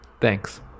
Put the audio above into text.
thanks